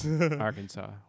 Arkansas